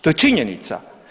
To je činjenica.